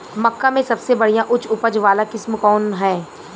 मक्का में सबसे बढ़िया उच्च उपज वाला किस्म कौन ह?